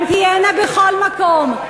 והן תהיינה בכל מקום,